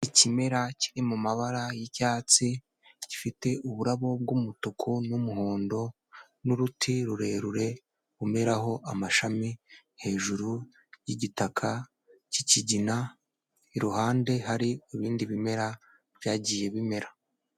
Ikimera kiri mu mabara y'icyatsi, gifite uburabo bw'umutuku n'umuhondo n'uruti rurerure rumeraho amashami hejuru y'igitaka cy'ikigina, iruhande hari ibindi bimera byagiye bimera.